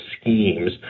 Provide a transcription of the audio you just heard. schemes